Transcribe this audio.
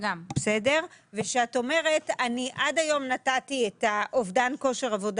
את אומרת אני עד היום נתתי את האובדן כושר עבודה,